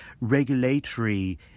regulatory